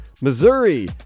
Missouri